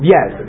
Yes